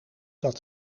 dat